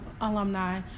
alumni